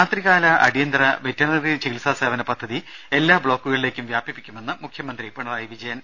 രാത്രികാല അടിയന്തര വെറ്ററിനറി ചികിത്സാ സേവന പദ്ധതി എല്ലാ ബ്ലോക്കുകളിലേക്കും വ്യാപിപ്പിക്കുമെന്ന് മുഖൃമന്ത്രി പിണറായി വിജ യൻ